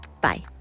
bye